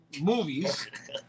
movies